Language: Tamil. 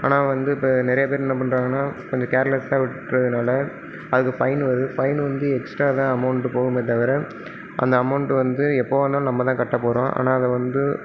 ஆனால் வந்து இப்போ நிறைய பேர் என்ன பண்ணுறாங்கனா கொஞ்சம் கேர்லெஸ்ஸாக விட்டுறதுனால அதுக்கு ஃபைன் வருது ஃபைன் வந்து எக்ஸ்ட்ரா தான் அமௌண்ட் போகுமே தவிர அந்த அமௌண்ட் வந்து எப்போவானாலும் நம்ம தான் கட்ட போகிறோம் ஆனால் அதை வந்து